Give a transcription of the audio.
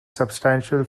substantial